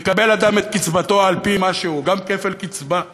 יקבל אדם את קצבתו על-פי מה שהוא, גם כפל קצבה.